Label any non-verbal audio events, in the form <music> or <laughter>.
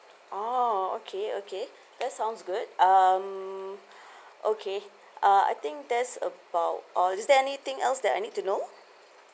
oh okay okay that sounds good um <breath> okay uh I think that's about all is there anything else that I need to know